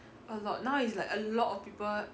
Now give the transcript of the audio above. a lot now is like a lot of people